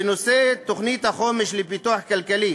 בנושא תוכנית החומש לפיתוח כלכלי